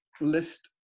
list